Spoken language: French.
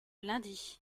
lundi